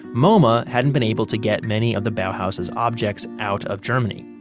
moma hadn't been able to get many of the bauhaus's objects out of germany,